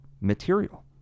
material